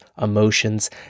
emotions